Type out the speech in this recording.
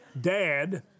dad